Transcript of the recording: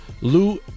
Lou